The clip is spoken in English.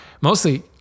Mostly